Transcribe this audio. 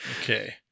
Okay